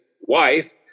wife